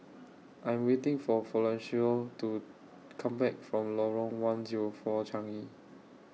I'm waiting For Florencio to Come Back from Lorong one Zero four Changi